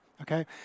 Okay